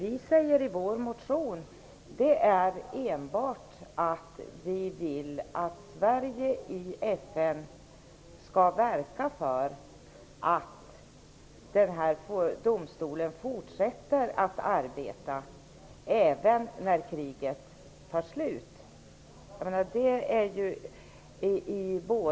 I vår motion säger vi att vi vill att Sverige i FN skall verka för att domstolen fortsätter att arbeta även när kriget är slut.